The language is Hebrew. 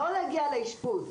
לא להגיע לאישפוז,